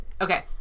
Okay